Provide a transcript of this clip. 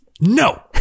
No